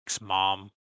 mom